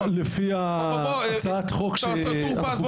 לפי הצעת החוק שבה אנחנו דנים --- חבר הכנסת טור פז,